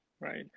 Right